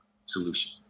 solution